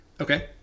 Okay